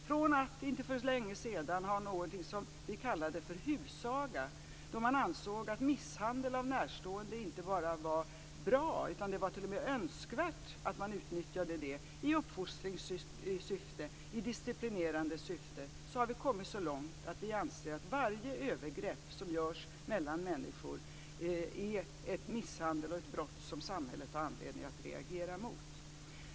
Från att inte för så länge sedan ha haft något som vi kallade för husaga, då man ansåg att misshandel av närstående inte bara var bra utan var något som det t.o.m. var önskvärt att man utnyttjade i uppfostringssyfte, i disciplinerande syfte, har vi kommit så långt att vi anser att varje övergrepp som görs mellan människor är misshandel och ett brott som samhället har anledning att reagera mot.